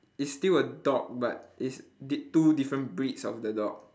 it's still a dog but it's di~ two different breeds of the dog